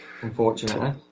Unfortunately